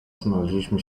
znaleźliśmy